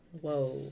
whoa